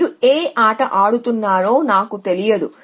మీరు ఏ ఆట ఆడుతున్నారో నాకు తెలియదు